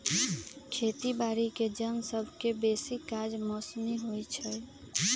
खेती बाड़ीके जन सभके बेशी काज मौसमी होइ छइ